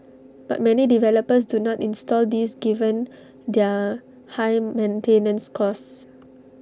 but many developers do not install these given their high maintenance costs